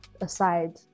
aside